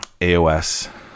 AOS